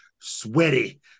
sweaty